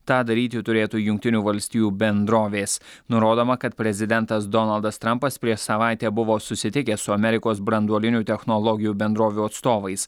tą daryti turėtų jungtinių valstijų bendrovės nurodoma kad prezidentas donaldas trampas prieš savaitę buvo susitikęs su amerikos branduolinių technologijų bendrovių atstovais